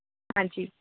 ਹਾਂਜੀ